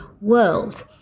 world